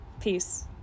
Peace